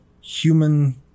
human